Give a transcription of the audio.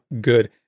good